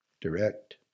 direct